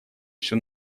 всю